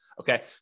Okay